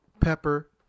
pepper